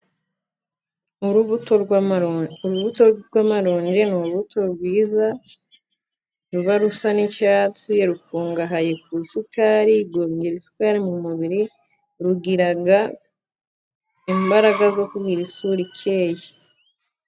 Urubuto rw'amaronji. Urubuto rw'amaronji ni urubuto rwiza, ruba rusa n'icyatsi, rukungahaye ku isukari, rwongera isukari mu mubiri, rugira imbaraga zo kugira isura ikeye.